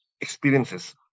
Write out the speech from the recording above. experiences